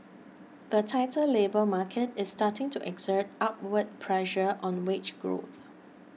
the tighter labour market is starting to exert upward pressure on wage growth